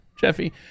Jeffy